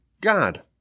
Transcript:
God